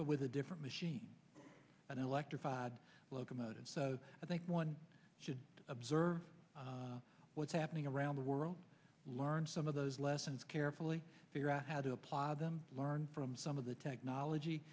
but with a different machine an electrified locomotive so i think one should observe what's happening around the world learn some of those lessons carefully figure out how to apply them learn from some of the technology